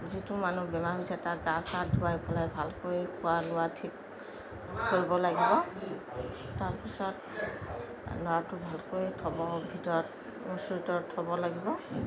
যিটো মানুহ বেমাৰ হৈছে তাত গা চা ধুৱাই পেলাই ভালকৈ খোৱা লোৱা ঠিক কৰিব লাগিব তাৰপিছত ল'ৰাটো ভালকৈ থ'ব ভিতৰত থ'ব লাগিব